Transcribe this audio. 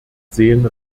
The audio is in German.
sehen